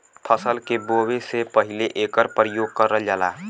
फसल के बोवे से पहिले एकर परियोग करल जाला